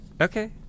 okay